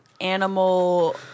animal